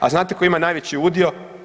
A znate tko ima najveći udio?